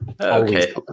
Okay